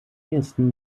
ehesten